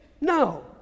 No